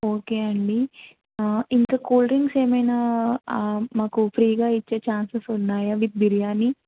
okay అండి ఇంక cool drinks ఏమైనా మాకు ఫ్రీగా ఇచ్చే ఛాన్సెస్ ఉన్నాయా విత్ బిర్యానీ